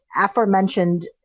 aforementioned